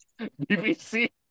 BBC